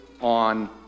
on